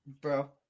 Bro